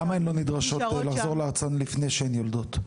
למה הן לא נדרשות לחזור לארצן לפני שהן יולדות?